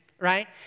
right